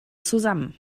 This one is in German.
zusammen